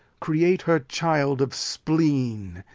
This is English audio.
create her child of spleen,